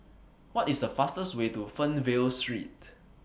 What IS The fastest Way to Fernvale Street